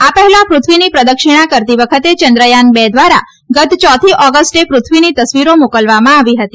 આ પહેલા પૃથ્વીની પ્રદક્ષિણા કરતી વખતે ચંદ્રયાન બે દ્વારા ગત ચોથી ઓગસ્ટે પૃથ્વીની તસવીરો મોકલવામાં આવી હતી